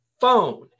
phone